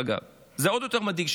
זה עוד יותר מדאיג,